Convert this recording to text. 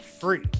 free